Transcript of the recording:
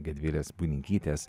gedvilės bunikytės